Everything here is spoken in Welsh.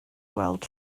gweld